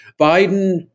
Biden